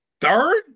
Third